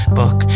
book